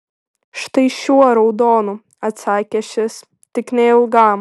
štai šiuo raudonu atsakė šis tik neilgam